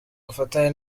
bufatanye